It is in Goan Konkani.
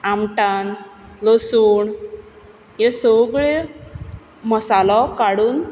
आमटाण लसूण ह्यो सगळ्यो मसालो काडून